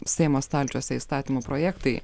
seimo stalčiuose įstatymų projektai